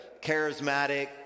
charismatic